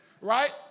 Right